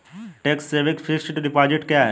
Tax saving fixed deposit क्या है?